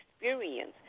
experience